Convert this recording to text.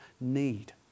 need